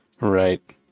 Right